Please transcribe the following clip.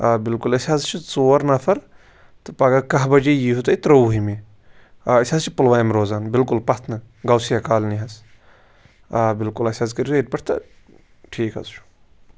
آ بِلکُل أسۍ حظ چھِ ژور نَفَر تہٕ پَگاہہ کاہہ بجے ییٖہِو تُہۍ ترووُہمہِ آ أسۍ حظ چھِ پُلوامہ روزان بِلکُل پَتھنہٕ گوسِیہ کالنی حظ آ بِلکُل اَسہ حظ کٔرۍزیو ییٚتہِ پیٚٹھِ تہِ ٹھیٖکھ حظ چھُ